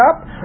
up